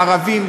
ערבים,